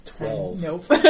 Nope